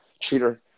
cheater